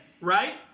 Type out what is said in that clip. right